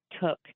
took